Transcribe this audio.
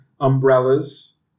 Umbrellas